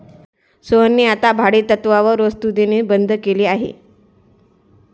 सोहनने आता भाडेतत्त्वावर वस्तु देणे बंद केले आहे